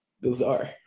Bizarre